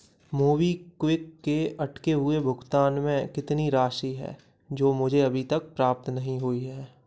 MobiKwik के अटके हुए भुगतान में कितनी राशि है जो मुझे अभी तक प्राप्त नहीं हुई है